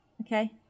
okay